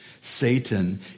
Satan